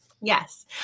Yes